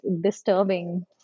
disturbing